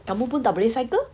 kamu pun tak boleh cycle